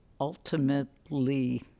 ultimately